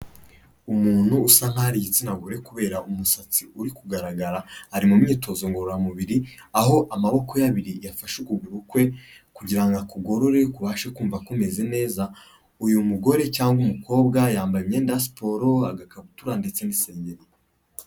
Umuntu usa nkaho ari igitsina gore kubera umusatsi uri kugaragara, ari mu myitozo ngororamubiri, aho amaboko ye abiri yafashe ukuguru kwe kugira ngo akugorore kubashe kumva kumeze neza, uyu mugore cyangwa umukobwa yambaye imyenda siporo, agakabutura ndetse n'isengeri.